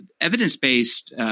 evidence-based